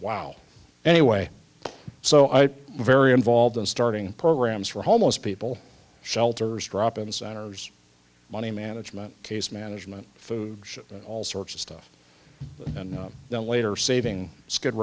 wow anyway so i very involved in starting programs for homeless people shelters drop in centers money management case management food all sorts of stuff and then later saving skid